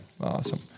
Awesome